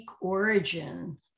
origin